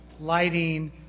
lighting